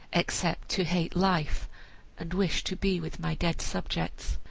except to hate life and wish to be with my dead subjects?